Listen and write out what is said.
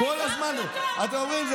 כל הזמן אתם אומרים שזה